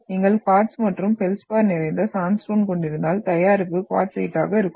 நீங்கள் குவார்ட்ஸ் மற்றும் ஃபெல்ட்ஸ்பார் நிறைந்த சாண்ட்ஸ்டோன் கொண்டிருந்தால் தயாரிப்பு குவார்ட்சைட்டாக இருக்கும்